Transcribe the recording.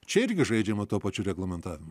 čia irgi žaidžiama tuo pačiu reglamentavimu